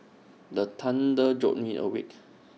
the thunder jolt me awake